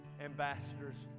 ambassadors